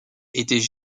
étaient